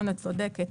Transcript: את צודקת.